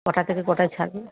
কটা থেকে কটায় ছাড়বে